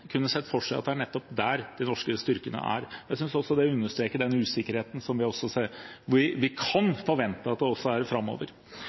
kunne se for seg at det er nettopp der de norske styrkene er. Jeg synes også det understreker den usikkerheten som vi kan forvente framover. Det er viktig for Venstre at vi styrker Forsvaret, at vi